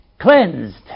cleansed